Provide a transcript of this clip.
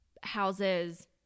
houses